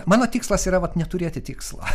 mano tikslas yra vat neturėti tikslo